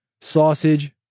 sausage